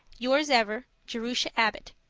yours ever, jerusha abbott,